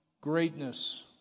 greatness